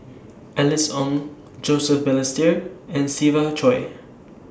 Alice Ong Joseph Balestier and Siva Choy